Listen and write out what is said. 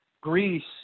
Greece